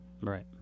Right